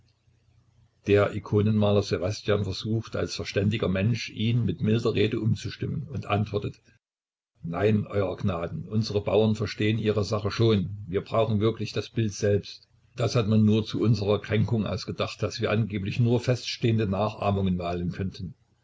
der ikonenmaler ssewastjan versucht als verständiger mensch ihn mit milder rede umzustimmen und antwortete nein euer gnaden unsere bauern verstehen ihre sache schon wir brauchen wirklich das bild selbst das hat man nur zu unserer kränkung ausgedacht daß wir angeblich nur feststehende nachahmungen malen könnten